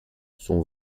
son